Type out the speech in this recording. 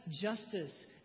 justice